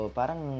parang